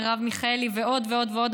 עם מרב מיכאלי ועוד ועוד ועוד,